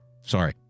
sorry